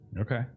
Okay